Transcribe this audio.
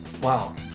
wow